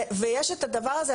ויש את הדבר הזה,